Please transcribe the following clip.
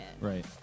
Right